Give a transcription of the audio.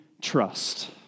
trust